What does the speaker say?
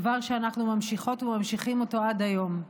דבר שאנחנו ממשיכות וממשיכים אותו עד היום.